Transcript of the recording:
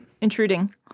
intruding